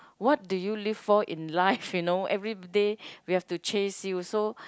what do you live for in life you know everyday we have to chase you so